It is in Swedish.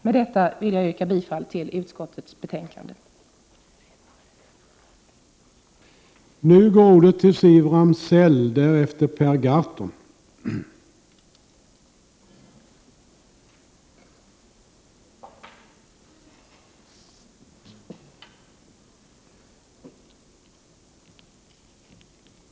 Med deita yrkar jag bifall till hemställan i utrikesutskottets betänkande 7.